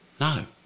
No